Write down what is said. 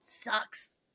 sucks